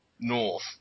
North